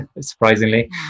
surprisingly